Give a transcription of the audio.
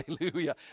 Hallelujah